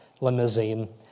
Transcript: limousine